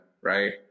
right